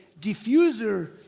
diffuser